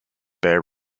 bear